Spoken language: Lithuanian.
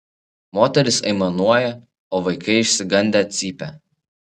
moterys aimanuoja o vaikai išsigandę cypia